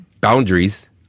boundaries